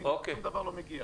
נניח